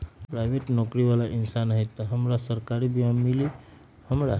Private नौकरी बाला इंसान हई त हमरा सरकारी बीमा मिली हमरा?